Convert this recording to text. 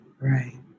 right